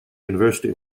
university